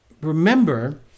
remember